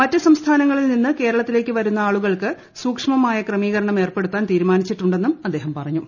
മറ്റു സംസ്ഥാനങ്ങളിൽനിന്ന് കേരളത്തിലേക്ക് വരുന്ന ആളുകൾക്ക് സൂക്ഷ്മമായ ക്രമീകരണം ഏർപ്പെടുത്താൻ തീരുമാനിച്ചിട്ടുണ്ടെന്നും അദ്ദേഹം പറഞ്ഞു